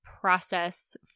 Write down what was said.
process